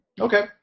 Okay